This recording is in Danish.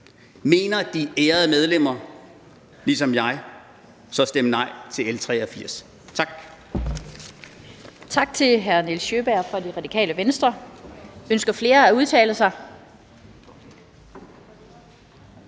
Mener de ærede medlemmer det samme som mig, så stem nej til L 83. Tak.